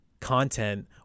content